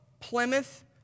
Plymouth